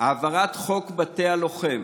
העברת חוק בתי הלוחם,